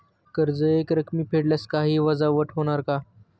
कर्ज एकरकमी फेडल्यास काही वजावट होणार का?